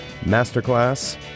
Masterclass